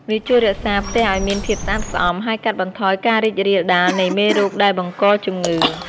វាជួយរក្សាផ្ទះឱ្យមានភាពស្អាតស្អំ ហើយកាត់បន្ថយការរីករាលដាលនៃមេរោគដែលបង្កជំងឺ។